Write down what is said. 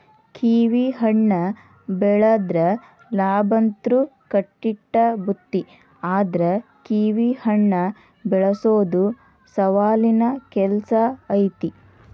ಕಿವಿಹಣ್ಣ ಬೆಳದ್ರ ಲಾಭಂತ್ರು ಕಟ್ಟಿಟ್ಟ ಬುತ್ತಿ ಆದ್ರ ಕಿವಿಹಣ್ಣ ಬೆಳಸೊದು ಸವಾಲಿನ ಕೆಲ್ಸ ಐತಿ